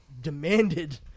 demanded